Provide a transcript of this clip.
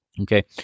Okay